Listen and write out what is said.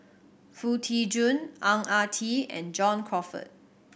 Foo Tee Jun Ang Ah Tee and John Crawfurd